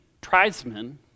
tribesmen